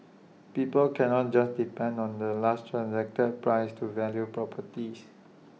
people cannot just depend on the last transacted prices to value properties